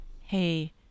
Hey